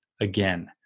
again